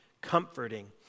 comforting